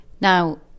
Now